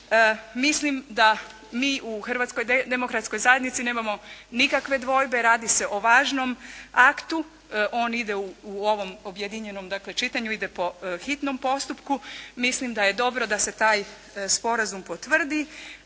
Mislim da mi u Hrvatskoj demokratskoj zajednici nemamo nikakve dvojbe, radi se o važnom aktu. On ide u ovom objedinjenom čitanju, ide po hitnom postupku. Mislim da je dobro da se taj sporazum potvrdi,